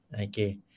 Okay